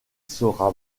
sera